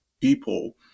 people